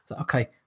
Okay